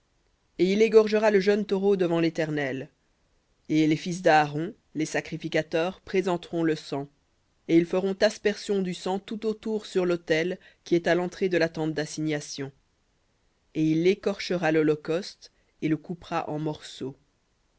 et il égorgera le jeune taureau devant l'éternel et les fils d'aaron les sacrificateurs présenteront le sang et ils feront aspersion du sang tout autour sur l'autel qui est à l'entrée de la tente dassignation et il écorchera l'holocauste et le coupera en morceaux